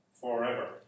forever